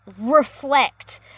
reflect